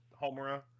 Homura